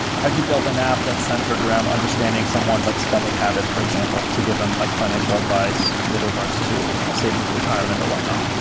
how do you build an app that's centered around understanding someone like spending habit, for example, to give them like financial advice with regards to saving for retirement or whatnot?